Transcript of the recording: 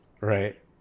Right